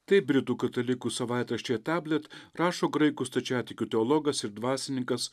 taip britų katalikų savaitraščiui tablet rašo graikų stačiatikių teologas ir dvasininkas